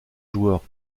joueur